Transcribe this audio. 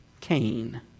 Cain